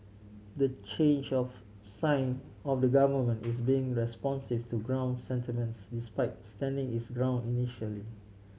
the change of sign of the government is being responsive to ground sentiments despite standing its ground initially